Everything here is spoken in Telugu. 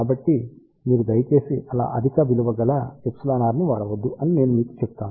కాబట్టి మీరు దయచేసి చాలా అధిక విలువ గల εr ని వాడవద్దు అని నేను మీకు చెపుతాను